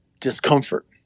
discomfort